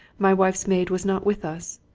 my wife's maid was not with us.